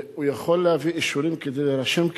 הוא יכול להביא אישורים כדי להירשם כיהודי,